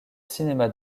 cinéma